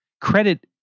credit